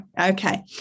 okay